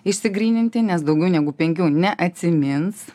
išsigryninti nes daugiau negu penkių neatsimins